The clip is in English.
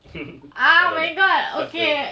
apa lah tak apa